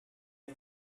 est